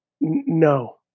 No